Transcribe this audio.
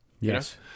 yes